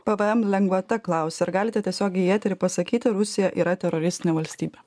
pvm lengvata klausia ar galite tiesiogiai į eterį pasakyti rusija yra teroristinė valstybė